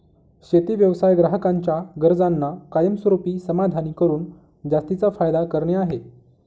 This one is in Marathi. शेती व्यवसाय ग्राहकांच्या गरजांना कायमस्वरूपी समाधानी करून जास्तीचा फायदा करणे आहे